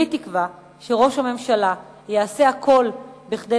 כולי תקווה שראש הממשלה יעשה הכול כדי